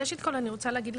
ראשית כל אני רוצה להגיד לכם